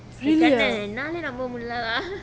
really ah